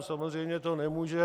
Samozřejmě nemůže